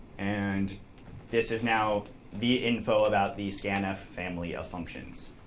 and this is now the info about the scanf family of functions.